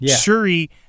Shuri